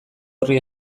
horri